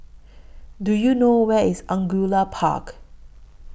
Do YOU know Where IS Angullia Park